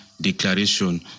declaration